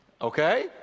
Okay